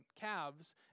calves